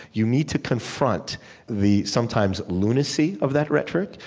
you need to confront the, sometimes lunacy, of that rhetoric.